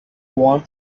won